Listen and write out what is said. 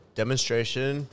demonstration